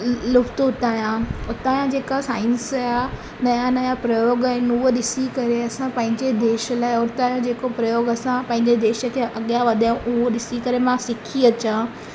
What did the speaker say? लुफ़्तु उथायां उतां या जेका साइंस जा नया नया प्रयोग आहिनि उह ॾिसी करे असां पंहिंजे देश लाइ उतां जो जेको प्रयोग असां पंहिंजे देश खे अॻियां वधिया उहो ॾिसी करे मां सिखी अचां